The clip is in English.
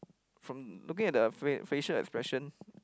from looking at the face facial expression